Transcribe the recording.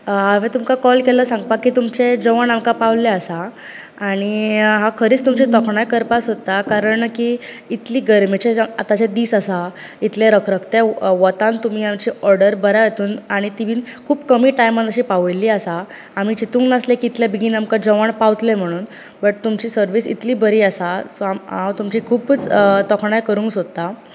हांवें तुमकां कॉल केल्लो की सांगपाक तुमचें जेवण आमकां पाविल्लें आसा आनी हांव खरेंच तुमची तोखणाय करपाक सोदतां कारण की इतली गरमेचे आताचे दीस आसा इतले रखरखते वतान तुमी आमची ऑर्डर बऱ्या हांतूंत आनी ती बीन खूब कमी टायमान अशी पावयल्ली आसा आमी चितूंक नासलें की इतले बेगीन आमकां जेवण पावतलें म्हणून बट तुमची सर्वीस इतली बरी आसा सो हांव तुमची खुपूच तोखणाय करूंक सोदता